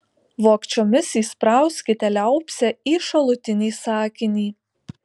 vogčiomis įsprauskite liaupsę į šalutinį sakinį